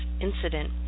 incident